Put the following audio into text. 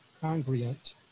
congruent